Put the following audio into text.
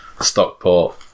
Stockport